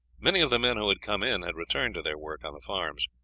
many of the men who had come in had returned to their work on the farms.